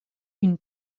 une